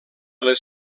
les